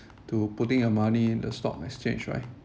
to putting your money in the stock exchange right